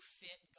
fit